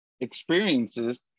experiences